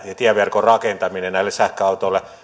ja tieverkon rakentaminen näille sähköautoille